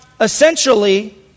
essentially